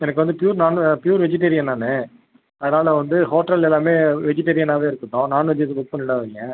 எனக்கு வந்து ப்யூர் நான் ப்யூர் வெஜிடேரியன் நான் அதால் வந்து ஹோட்டலில் எல்லாமே வெஜிடேரியனாகவே இருக்கட்டும் நான்வெஜ் எதுவும் புக் பண்ணிவிடாதீங்க